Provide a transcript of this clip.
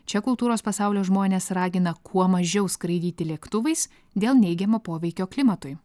čia kultūros pasaulio žmonės ragina kuo mažiau skraidyti lėktuvais dėl neigiamo poveikio klimatui